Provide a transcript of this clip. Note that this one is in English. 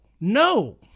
no